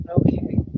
Okay